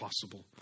possible